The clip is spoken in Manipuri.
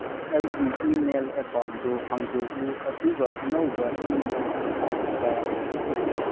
ꯑꯩꯒꯤ ꯏꯃꯦꯜ ꯑꯦꯀꯥꯎꯟꯗꯨ ꯍꯥꯡꯗꯣꯛꯎ ꯑꯗꯨꯒ ꯑꯅꯧꯕ ꯏꯃꯦꯜ ꯂꯥꯛꯄ꯭ꯔꯥ ꯌꯦꯡꯉꯨ